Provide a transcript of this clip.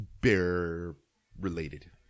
bear-related